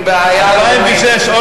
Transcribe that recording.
היא בעיה, ב-2006, סליחה.